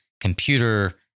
computer